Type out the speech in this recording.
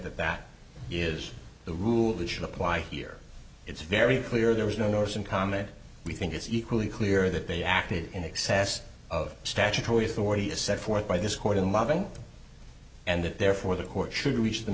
that that is the rule should apply here it's very clear there was no nurse in common we think it's equally clear that they acted in excess of statutory authority a set forth by this court in loving and that therefore the court should reach the